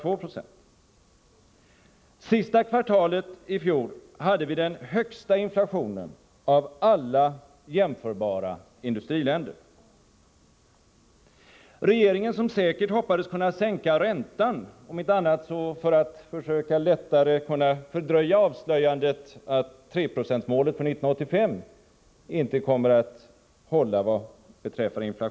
Under det sista kvartalet i fjol hade vi den högsta inflationen av alla jämförbara industriländer. Regeringen hoppades säkert att kunna sänka räntan — om inte annat så för att lättare kunna fördröja avslöjandet att 3-procentsmålet för 1985 vad beträffar inflationen inte kommer att hålla.